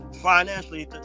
financially